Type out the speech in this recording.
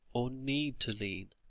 or need to lean,